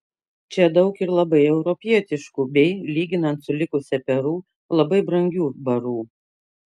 čia daug ir labai europietiškų bei lyginant su likusia peru labai brangių barų